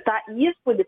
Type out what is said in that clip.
tą įspūdį